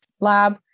lab